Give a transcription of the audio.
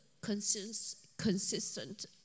consistent